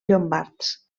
llombards